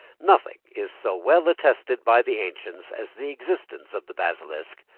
nothing is so well attested by the ancients as the existence of the basilisk,